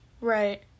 Right